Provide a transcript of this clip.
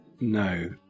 No